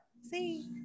See